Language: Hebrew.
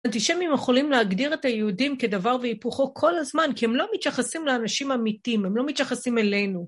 אנטישמים יכולים להגדיר את היהודים כדבר והיפוכו כל הזמן, כי הם לא מתייחסים לאנשים אמיתים, הם לא מתייחסים אלינו.